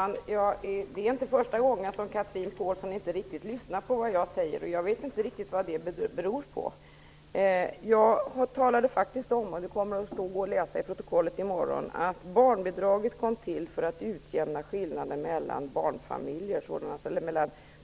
Fru talman! Det är inte första gången som Chatrine Pålsson inte riktigt lyssnar på det jag säger. Jag vet inte vad det beror på. Jag talade faktiskt om, och det kommer att stå att läsa i protokollet i morgon, att barnbidraget kom till för att utjämna skillnaderna mellan